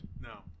No